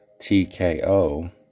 TKO